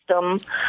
system